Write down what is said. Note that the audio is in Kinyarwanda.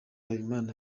habimana